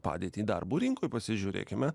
padėtį darbo rinkoj pasižiūrėkime